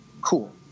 cool